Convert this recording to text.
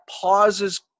pauses